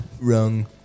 wrong